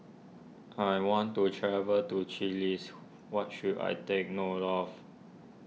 I want to travel to Chiles what should I take note of